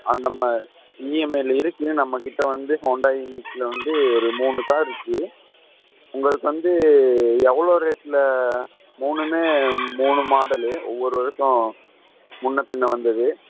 அந்த மாதிரி இஎம்ஐயில் இருக்குது நம்மகிட்ட வந்து ஹோண்டாய் யூனிக்ஸில் வந்து ஒரு மூணு கார் இருக்குது உங்களுக்கு வந்து எவ்வளோ ரேட்டில் மூணுமே மூணு மாடல் ஒவ்வொரு இதுக்கும் முன்னே பின்னே வந்தது